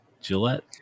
Gillette